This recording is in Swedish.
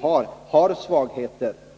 form har svagheter.